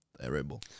terrible